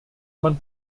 man